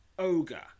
Ogre